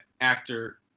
actor